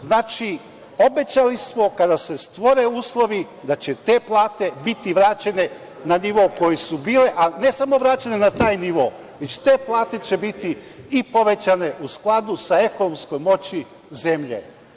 Znači, obećali smo kada se stvore uslovi da će te plate biti vraćene na nivo koji su bile, a ne samo vraćene na taj nivo, već te plate će biti i povećane u skladu sa ekonomskom moći zemlje.